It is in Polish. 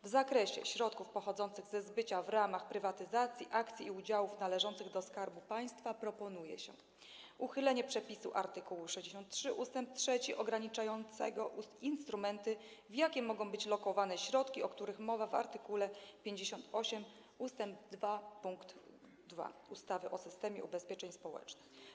W zakresie środków pochodzących ze zbycia w ramach prywatyzacji akcji i udziałów należących do Skarbu Państwa proponuje się uchylenie przepisu art. 63 ust. 3 ograniczającego instrumenty, w jakie mogą być lokowane środki, o których mowa w art. 58 ust. 2 pkt 2 ustawy o systemie ubezpieczeń społecznych.